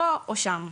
פה או שם.